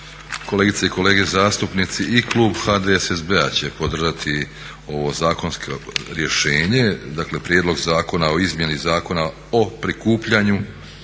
kolegice i kolege zastupnici. I klub HDSSB-a će podržati ovo zakonsko rješenje, dakle Prijedlog zakona o Izmjeni zakona o prikupljanju,